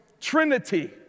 Trinity